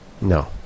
No